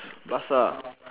Barca ah